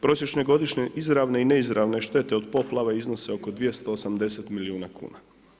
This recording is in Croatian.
Prosječne godišnje izravne i neizravne štete od poplava iznose oko 280 milijuna kuna.